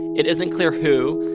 it isn't clear who,